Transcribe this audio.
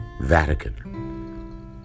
Vatican